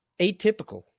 atypical